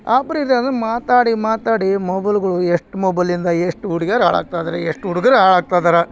offer ಇದೆ ಅಂದ್ರೆ ಮಾತಾಡಿ ಮಾತಾಡಿ ಮೊಬಲ್ಗಳು ಎಷ್ಟು ಮೊಬಲಿಂದ ಎಷ್ಟು ಹುಡುಗಿಯರ್ ಹಾಳಾಗ್ತಾದಾರೆ ಎಷ್ಟು ಹುಡುಗ್ರು ಹಾಳಾಗ್ತಾದಾರೆ